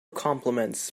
compliments